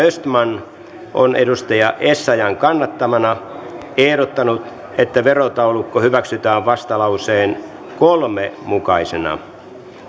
östman on sari essayahin kannattamana ehdottanut että verotaulukko hyväksytään vastalauseen kolmena mukaisena